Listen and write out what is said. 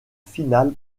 finale